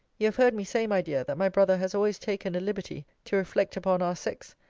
you have heard me say, my dear, that my brother has always taken a liberty to reflect upon our sex,